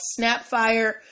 Snapfire